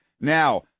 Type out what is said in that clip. Now